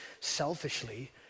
selfishly